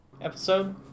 episode